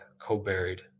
co-buried